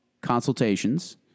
consultations –